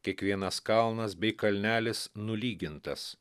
kiekvienas kalnas bei kalnelis nulygintas